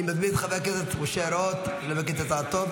אני מזמין את חבר הכנסת משה רוט לנמק את הצעתו.